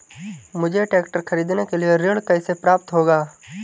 मुझे ट्रैक्टर खरीदने के लिए ऋण कैसे प्राप्त होगा?